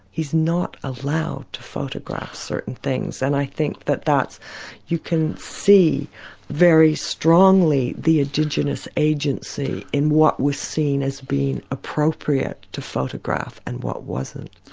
he's not allowed to photograph certain things, and i think that that's you can see very strongly the indigenous agency in what was seen as being appropriate to photograph and what wasn't.